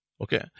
Okay